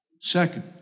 Second